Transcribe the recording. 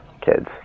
kids